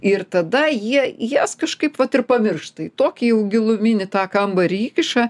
ir tada jie jas kažkaip vat ir pamiršta į tokį giluminį tą kambarį įkiša